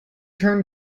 turn